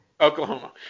Oklahoma